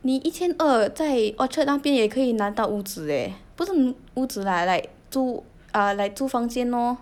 你一千二在 orchard 那边也可以拿到屋子 leh 不是屋子 lah like 租 err like 租房见 lor